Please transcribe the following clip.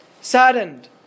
saddened